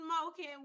smoking